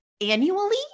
annually